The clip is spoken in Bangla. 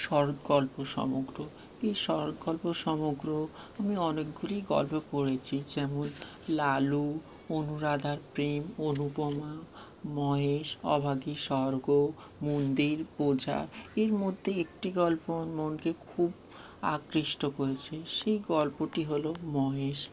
শরৎ গল্প সমগ্র এই শরৎ গল্প সমগ্র আমি অনেকগুলি গল্প পড়েছি যেমন লালু অনুরাধার প্রেম অনুপমা মহেশ অভাগীর স্বর্গ মন্দির পুজা এর মধ্যে একটি গল্প আমার মনকে খুব আকৃষ্ট করেছে সেই গল্পটি হলো মহেশ